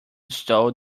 stole